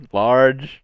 large